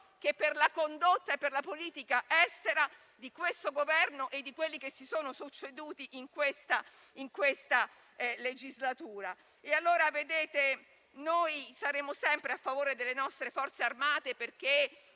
che per la condotta e la politica estera di questo Governo e di quelli che si sono succeduti in questa legislatura. Saremo sempre a favore delle nostre Forze armate perché